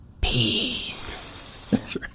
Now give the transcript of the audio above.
peace